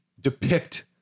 depict